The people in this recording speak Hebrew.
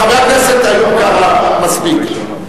חבר הכנסת איוב קרא, מספיק.